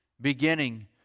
Beginning